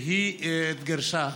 והיא התגרשה.